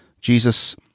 Jesus